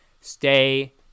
stay